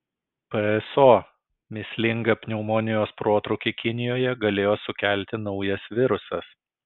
pso mįslingą pneumonijos protrūkį kinijoje galėjo sukelti naujas virusas